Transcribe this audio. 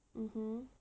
mmhmm